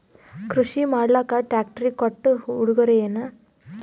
ಕೃಷಿ ಮಾಡಲಾಕ ಟ್ರಾಕ್ಟರಿ ಕೊಟ್ಟ ಉಡುಗೊರೆಯೇನ?